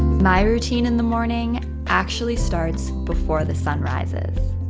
my routine in the morning actually starts before the sun rises.